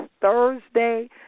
thursday